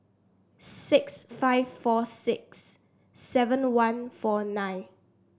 six five four six seven one four nine